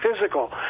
physical